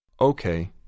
Okay